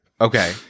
Okay